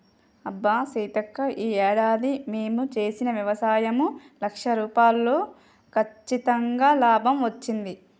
అబ్బా సీతక్క ఈ ఏడాది మేము చేసిన వ్యవసాయంలో లక్ష రూపాయలు కచ్చితంగా లాభం వచ్చింది